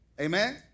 Amen